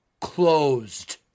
closed